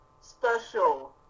special